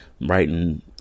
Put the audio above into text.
Writing